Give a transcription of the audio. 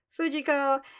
Fujiko